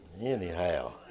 Anyhow